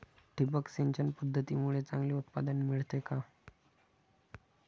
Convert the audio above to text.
ठिबक सिंचन पद्धतीमुळे चांगले उत्पादन मिळते का?